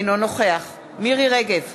אינו נוכח מירי רגב,